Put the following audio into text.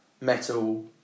metal